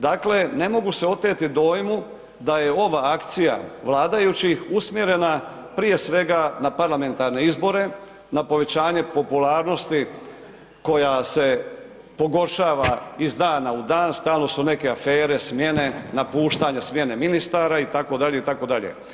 Dakle ne mogu se oteti dojmu da je ova akcija vladajućih usmjerena prije svega na parlamentarne izbore, na povećanje popularnosti koja se pogoršava iz dana u dan, stalno su neke afere, smjene, napuštanje smjene ministara itd., itd.